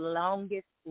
longest